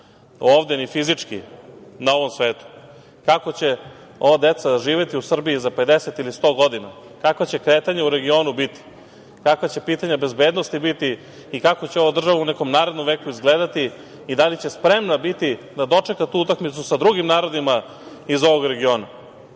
ovde ni fizički na ovom svetu. Kako će ova deca živeti u Srbiji za pedeset ili sto godina, kakva će kretanja u regionu biti, kakva će pitanja bezbednosti biti i kako će ova država u nekom narednom veku izgledati i da li će spremna biti da dočeka tu utakmica sa drugim narodima iz ovog regiona.